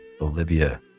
Olivia